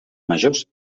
majors